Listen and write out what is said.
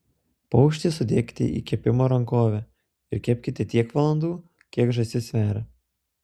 paukštį sudėkite į kepimo rankovę ir kepkite tiek valandų kiek žąsis sveria